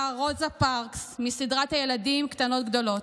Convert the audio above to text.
רוזה פארקס מסדרת הילדים "קטנות גדולות".